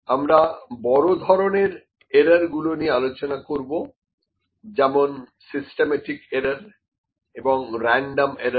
আমরা বড় ধরনের এরর গুলো নিয়ে আলোচনা করব যেমন সিস্টেমেটিক এরর এবং রেনডম এরর